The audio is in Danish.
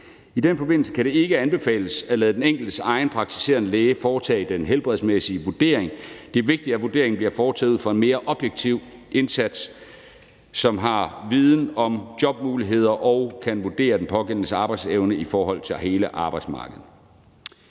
I den forbindelse kan det ikke anbefales at lade den enkeltes egen praktiserende læge foretage den helbredsmæssige vurdering. Det er vigtigt, at vurderingen bliver foretaget ud fra en mere objektiv indsats, hvor der er viden om jobmuligheder, og hvor man kan vurdere den pågældendes arbejdsevne i forhold til hele arbejdsmarkedet.